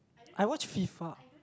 I watch FIFA